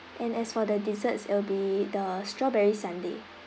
and as for the desserts it'll be the strawberry sundae